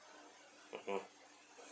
mmhmm